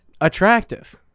attractive